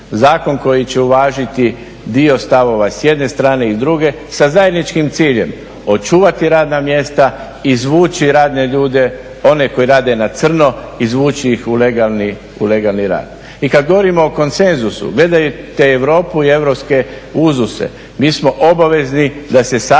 Zakon koji će uvažiti dio stavova s jedne strane i s druge sa zajedničkim ciljem očuvati radna mjesta, izvući radne ljude, one koji rade na crno izvući ih u legalni rad. I kada govorimo o konsenzusu, gledajte Europu i europske uzuse, mi smo obavezni da se